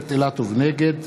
נגד